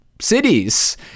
cities